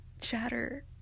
chatter